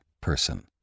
person